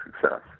success